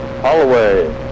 Holloway